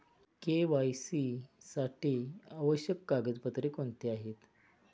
KYC साठी आवश्यक कागदपत्रे कोणती आहेत?